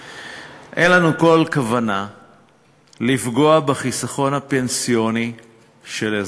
האוצר, לפגוע במערכת הפנסיה,